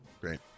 Great